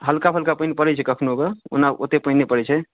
हल्का फल्का पानि पड़ै छै कखनो कऽ ओना ओतेक पानि नहि पड़ै छै